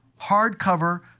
hardcover